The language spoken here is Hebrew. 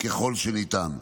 ככל שניתן.